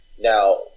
Now